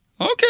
Okay